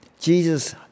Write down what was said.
Jesus